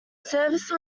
service